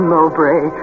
Mowbray